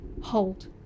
hold